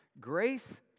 grace